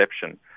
perception